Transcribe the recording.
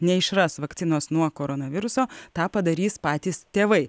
neišras vakcinos nuo koronaviruso tą padarys patys tėvai